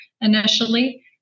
initially